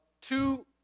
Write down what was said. two